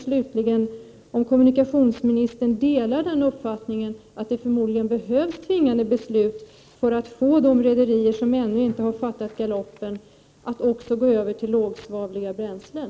Slutligen frågade jag om kommunikationsministern delar uppfattningen att det förmodligen behövs tvingande beslut för att få de rederier som ännu inte har fattat galoppen att också gå över till lågsvavliga bränslen.